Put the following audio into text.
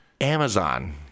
Amazon